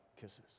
kisses